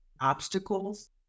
obstacles